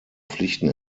pflichten